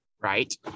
right